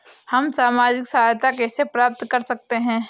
हम सामाजिक सहायता कैसे प्राप्त कर सकते हैं?